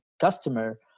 customer